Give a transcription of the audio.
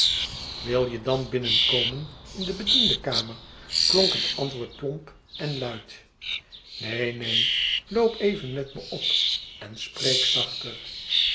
wil je dan binnenkomen in de bediendenkamer klonk het antwoord plomp en luid neen neen loop even met me op en spreek zachter